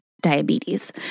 diabetes